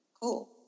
Cool